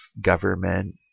government